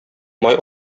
май